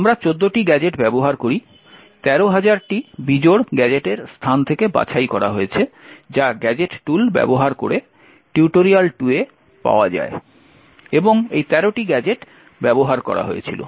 আমরা 14টি গ্যাজেট ব্যবহার করি 13000টি বিজোড় গ্যাজেটের স্থান থেকে বাছাই করা হয়েছে যা গ্যাজেট টুল ব্যবহার করে টিউটোরিয়াল 2 এ পাওয়া যায় এবং এই 13টি গ্যাজেট ব্যবহার করা হয়েছিল